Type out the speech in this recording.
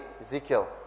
Ezekiel